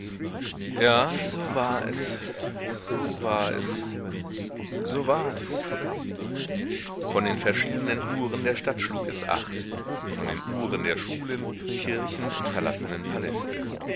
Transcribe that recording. ja so war es so war es so war es von den verschiedenen uhren der stadt schlug es acht von den uhren der schulen kirchen und verlassenen paläste